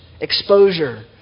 exposure